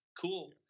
cool